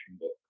book